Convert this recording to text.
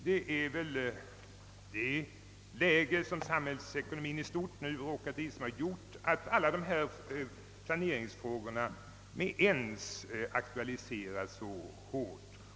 Det är väl vårt nuvarande samhällsekonomiska läge som gjort att planeringsfrågorna med ens har fått så stor aktualitet.